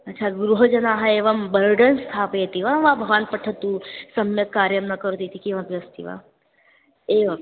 अच्छा गृहजनाः एवं बर्डन् स्थापयति वा वा भवान् पठतु सम्यक् कार्यं करोति किमपि अस्ति वा एवम्